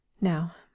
Now